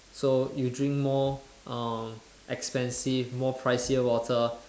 so you drink more uh expensive more pricier water